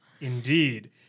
Indeed